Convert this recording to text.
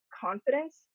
confidence